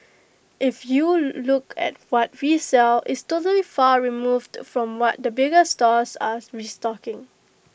if you look at what we sell it's totally far removed from what the bigger stores are restocking